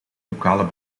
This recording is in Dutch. lokale